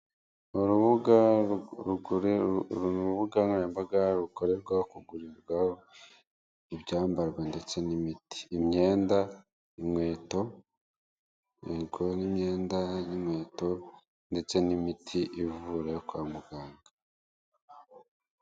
Urubuga nkoranyambaga rukorerwa kugurirwaho ibyambarwa ndetse n'imiti, imyenda, inkweto i n'imyenda y'inkweto ndetse n'imiti ivura kwa muganga.